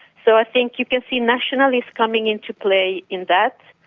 so i think you can see nationalists coming into play in that,